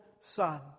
son